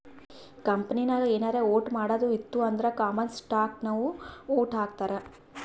ಕಂಪನಿನಾಗ್ ಏನಾರೇ ವೋಟ್ ಮಾಡದ್ ಇತ್ತು ಅಂದುರ್ ಕಾಮನ್ ಸ್ಟಾಕ್ನವ್ರು ವೋಟ್ ಹಾಕ್ತರ್